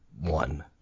one